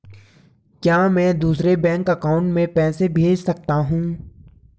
क्या मैं दूसरे बैंक अकाउंट में पैसे भेज सकता हूँ?